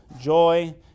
joy